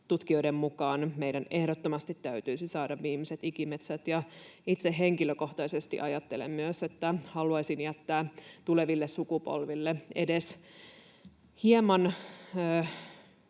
Tutkijoiden mukaan meidän ehdottomasti täytyisi suojella viimeiset ikimetsät, ja itse henkilökohtaisesti ajattelen myös, että haluaisin jättää tuleville sukupolville edes hieman